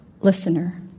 listener